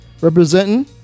representing